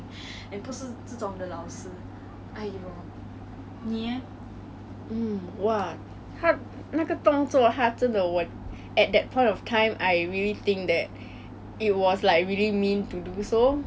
she was a little bit biased towards me because maybe I could do english but I really didn't like that she made such comments